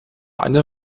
eine